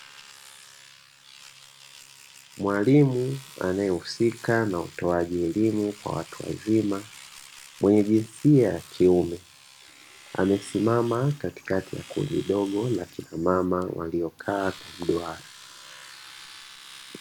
Mwalimu anayehusika nautoaji elimu kwa watu wazima mwenye jinsia ya kuime amesimama katikati ya kundi dogo la kinamama waliokaa kwa mduara.